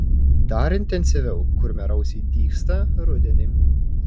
dar intensyviau kurmiarausiai dygsta rudenį